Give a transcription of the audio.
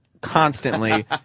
constantly